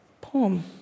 poem